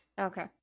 Okay